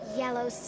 yellow